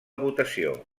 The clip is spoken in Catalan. votació